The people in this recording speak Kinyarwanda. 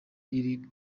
iri